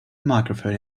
microphone